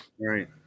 Right